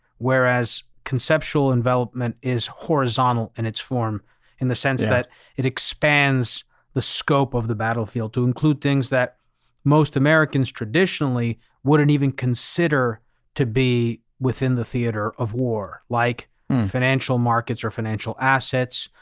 whereas conceptual envelopment is horizontal in its form in the sense that it expands the scope of the battlefield to include things that most americans traditionally wouldn't even consider to be within the theater of war, like financial markets or financial assets,